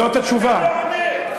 זאת התשובה.